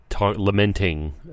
lamenting